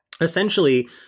Essentially